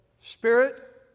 spirit